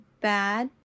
bad